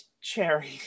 cherry